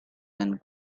and